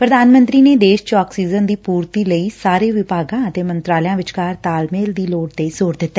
ਪੁਧਾਨ ਮੰਤਰੀ ਨੇ ਦੇਸ਼ ਚ ਆਕਸੀਜਨ ਦੀ ਪੁਰਤੀ ਲਈ ਸਾਰੇ ਵਿਭਾਗਾ ਅਤੇ ਮੰਤਰਾਲਿਆਂ ਵਿਚਕਾਰ ਤਾਲਮੇਲ ਦੀ ਲੋੜ ਤੇ ਜ਼ੋਰ ਦਿੱਤੇ